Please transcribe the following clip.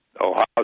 Ohio